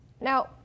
Now